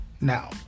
Now